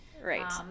Right